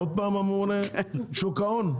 רשות שוק ההון,